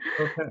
Okay